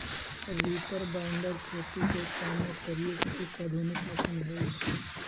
reaper binder खेती के काम में प्रयुक्त एक आधुनिक मशीन हई